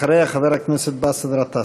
אחריה, חבר הכנסת באסל גטאס.